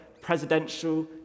presidential